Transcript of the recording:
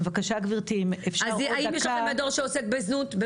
האם יש לכם מדור שעוסק במאבק בזנות?